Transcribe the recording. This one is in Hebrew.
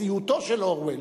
או סיוטו של אורוול,